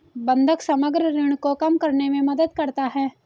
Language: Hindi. बंधक समग्र ऋण को कम करने में मदद करता है